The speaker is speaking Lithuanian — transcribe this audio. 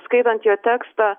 skaitant jo tekstą